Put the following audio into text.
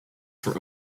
for